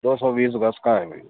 دو سو بیس گز کا ہے بھائی